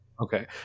Okay